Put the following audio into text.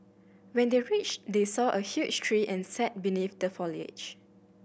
when they reached they saw a huge tree and sat beneath the foliage